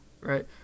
right